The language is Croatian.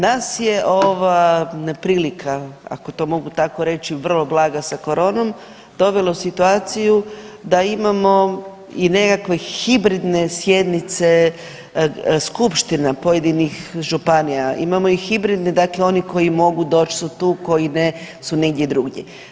Nas je ova neprilika, ako to mogu tako reći, vrlo blaga sa koronom dovela u situaciju da imamo i nekakve hibridne sjednice skupština pojedinih županija, imamo i hibridne dakle oni koji mogu doć su tu koji su negdje drugdje.